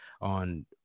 on